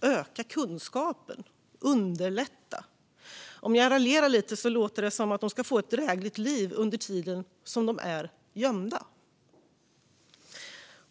Öka kunskapen - underlätta. Om jag raljerar lite låter det som att de ska få ett drägligt liv under tiden de är gömda.